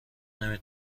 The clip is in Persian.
نمی